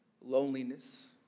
loneliness